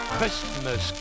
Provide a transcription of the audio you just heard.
Christmas